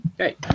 okay